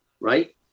Right